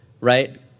right